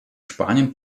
spanien